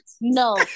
no